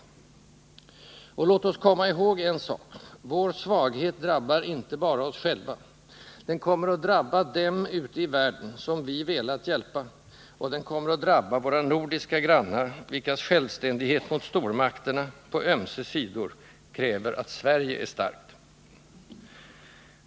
Och låt oss komma ihåg en sak: vår svaghet drabbar inte bara oss själva. Den kommer att drabba dem ute i världen som vi velat hjälpa, och den kommer att drabba våra nordiska grannar, vilkas självständighet mot stormakterna på ömse sidor kräver att Sverige är starkt.